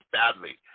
badly